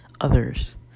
others